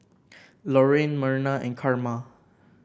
Loraine Merna and Karma